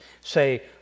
say